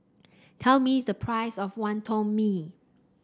tell me the price of Wonton Mee